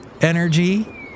energy